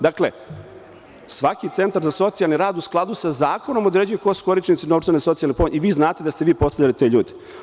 Dakle, svaki centar za socijalni rad u skladu sa zakonom ko su korisnici novčane socijalne pomoći, i vi znate da ste vi postavljali te ljude.